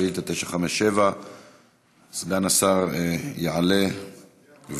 שאילתה מס' 957. סגן השר יעלה ויבוא.